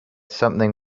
something